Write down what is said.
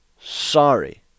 sorry